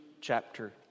chapter